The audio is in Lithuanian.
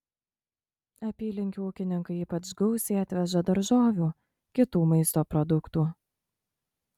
apylinkių ūkininkai ypač gausiai atveža daržovių kitų maisto produktų